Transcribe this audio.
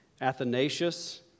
Athanasius